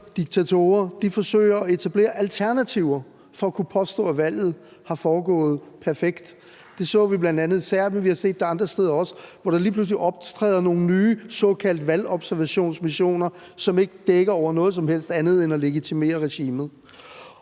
diktatorer forsøger at etablere alternativer for at kunne påstå, at valget er foregået perfekt. Det så vi bl.a. i Serbien. Vi har også set det andre steder, hvor der lige pludselig optræder nogle nye såkaldte valgobservationsmissioner, som ikke dækker over noget som helst andet end at legitimere regimet.